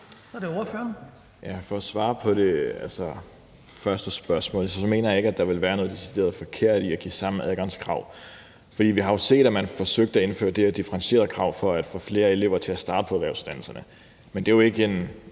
For at svare på det første spørgsmål vil jeg sige, at jeg ikke mener, at der vil være noget decideret forkert i at have samme adgangskrav, for vi har jo set, at man har forsøgt at indføre det her differentierede krav for at få flere elever til at starte på erhvervsuddannelserne, men at det jo ikke er